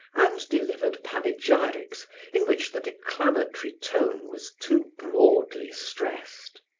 and delivered panegyrics in which the declamatory tone was too broadly stressed.